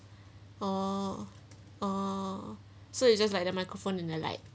oo oo so you just like the microphone in your like